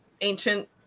ancient